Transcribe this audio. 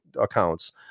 accounts